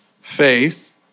faith